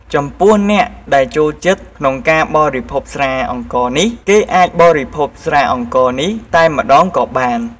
ចំពោះអ្នកដែលចូលចិត្តក្នុងការបរិភោគស្រាអង្ករនេះ គេអាចបរិភោគស្រាអង្ករនេះតែម្ដងក៏បាន។